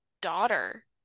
daughter